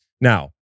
Now